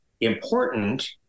important